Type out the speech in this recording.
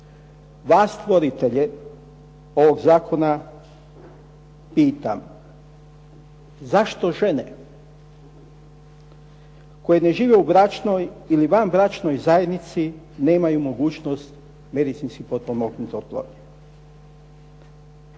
stvoritelje ovog zakona pitam, zašto žene koje žive u bračnoj ili vanbračnoj zajednici nemaju mogućnost medicinski potpomognute oplodnje?